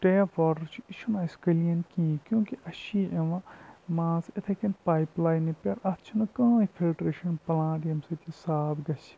tap water چھِ یہِ چھُنہٕ اَسہِ کٕلیٖن کِہیٖنۍ کیونکہِ اَسہِ چھِ یہِ یِوان مان ژٕ اِتھَے کٔنۍ پایپ لاینہِ پٮ۪ٹھ اَتھ چھِنہٕ کٕہٕنۍ فِلٹرٛیشَن پٕلانٛٹ ییٚمہِ سۭتۍ یہِ صاف گژھِ